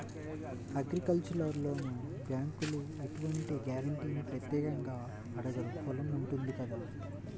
agricultural లోనుకి బ్యేంకులు ఎలాంటి గ్యారంటీనీ ప్రత్యేకంగా అడగరు పొలం ఉంటుంది కదా